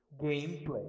Gameplay